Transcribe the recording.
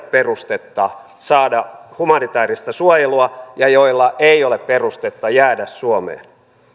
perustetta saada humanitääristä suojelua ja joilla ei ole perustetta jäädä suomeen